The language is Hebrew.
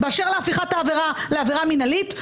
באשר להפיכת העבירה לעבירה מנהלית,